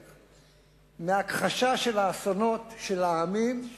מהכחשה של האסונות של העמים,